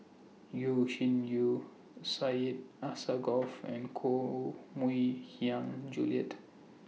Yeo Shih Yun Syed Alsagoff and Koh Mui Hiang Julie